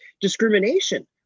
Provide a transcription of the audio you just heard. discrimination